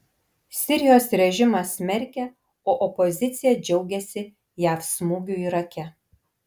sirijos režimas smerkia o opozicija džiaugiasi jav smūgiu irake